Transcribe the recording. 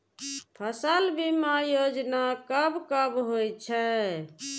फसल बीमा योजना कब कब होय छै?